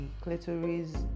clitoris